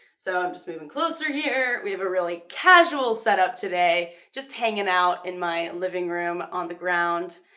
so i'm just moving closer here. we have a really casual setup today. just hangin' out in my living room on the ground.